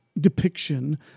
depiction